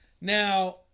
now